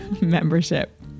membership